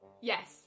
Yes